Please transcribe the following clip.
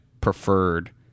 preferred